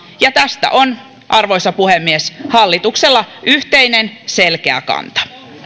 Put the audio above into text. ja tästä on arvoisa puhemies hallituksella yhteinen selkeä kanta